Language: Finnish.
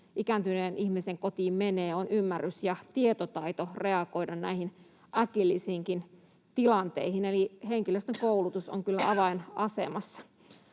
ikääntyneen ihmisen kotiin menee, on ymmärrys ja tietotaito reagoida näihin äkillisiinkin tilanteisiin. Eli henkilöstökoulutus on kyllä avainasemassa.